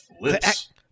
lips